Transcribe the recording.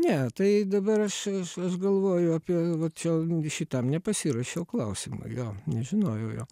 ne tai dabar aš aš aš galvoju apie vat čia šitam nepasiruošiau klausimui jo nežinojau jo